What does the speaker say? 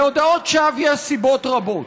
להודאות שווא יש סיבות רבות: